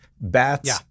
Bats